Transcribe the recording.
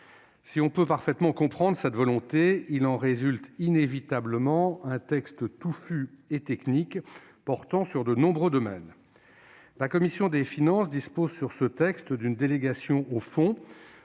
Si l'on peut parfaitement comprendre cette volonté, il en résulte inévitablement un texte touffu et technique portant sur de nombreux domaines. La commission des finances dispose sur ce texte d'une délégation au fond